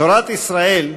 תורת ישראל,